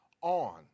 on